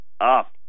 up